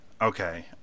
Okay